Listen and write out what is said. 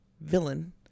villain